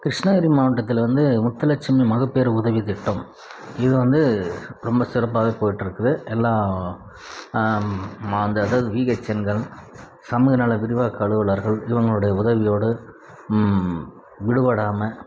கிருஷ்ணகிரி மாவட்டத்தில் வந்து முத்துலட்சுமி மகப்பேறு உதவி திட்டம் இது வந்து ரொம்ப சிறப்பாக போயிட்டு இருக்குது எல்லாம் மா அந்த அதாவது விஎச்ஓகள் சமூக நல விரிவாக்க அலுவலர்கள் இவங்களுடைய உதவியோடு விடுபடாமல்